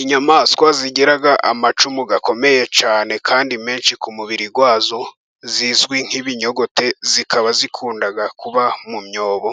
Inyamaswa zigira amacumu akomeye cyane kandi menshi ku mubiri wazo, zizwi nk'ibinyogote. Zikaba zikunda kuba mu myobo.